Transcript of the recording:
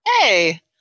Hey